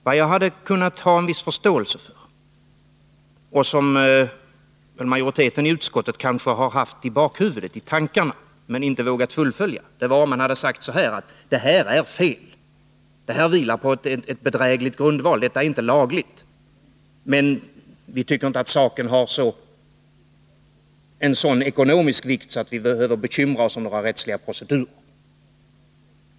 Vad jag hade kunnat ha en viss förståelse för — och det som majoriteten i utskottet kanske har haft i bakhuvudet, i tankarna, men inte vågat fullfölja — vore om man hade sagt: Det här är fel, det vilar på en bedräglig grundval, detta är inte lagligt, men vi tycker inte att saken har en sådan ekonomisk vikt att vi behöver bekymra oss om några rättsliga procedurer.